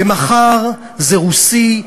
ומחר זה רוסי,